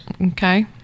okay